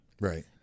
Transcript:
Right